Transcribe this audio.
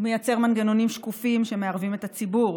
הוא מייצר מנגנונים שקופים שמערבים את הציבור.